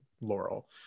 Laurel